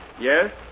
Yes